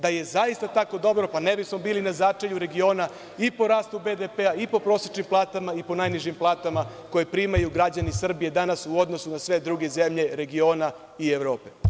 Da je zaista tako dobro, pa ne bismo bili na začelju regiona i po rastu BDP-a i po prosečnim platama i po najnižim platama koje primaju građani Srbije danas u odnosu na sve druge zemlje regiona i Evrope.